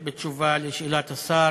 בתשובה לשאלת השר,